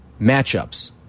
matchups